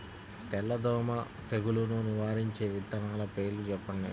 తెల్లదోమ తెగులును నివారించే విత్తనాల పేర్లు చెప్పండి?